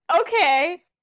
Okay